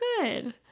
good